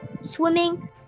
swimming